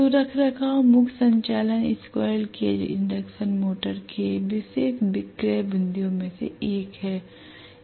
तो रखरखाव मुक्त संचालन स्क्वीररेल केज इंडक्शन मोटर के विशेष विक्रय बिंदुओं में से एक है